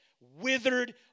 withered